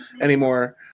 anymore